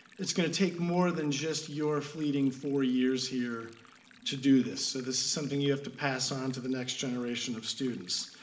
it's gonna take more than just your fleeting four years here to do this. so this is something you have to pass on to the next generation of students.